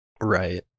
Right